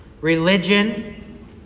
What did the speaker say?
religion